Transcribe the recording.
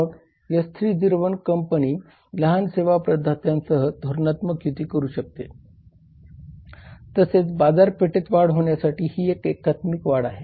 मग S3 O1 कंपनी लहान सेवा प्रदात्यांसह धोरणात्मक युती करू शकते तसेच बाजारपेठेत वाढ होण्यासाठी ही एकात्मिक वाढ आहे